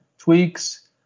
tweaks